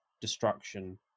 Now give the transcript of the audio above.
destruction